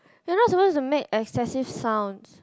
you are not supposed to make excessive sounds